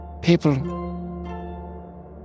People